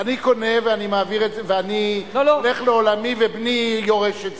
אני קונה ואני הולך לעולמי, ובני יורש את זה.